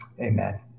Amen